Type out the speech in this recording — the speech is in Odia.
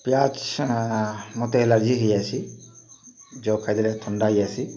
ପିଆଜ୍ ମୋତେ ଆଲର୍ଜି ହେଇଯାଏସି ଖାଇଦେଲେ ଥଣ୍ଡା ହେଇଯାଏସି